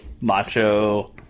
macho